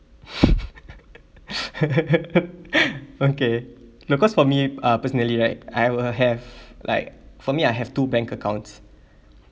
okay because for me uh personally right I will have like for me I have two bank accounts